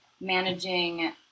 managing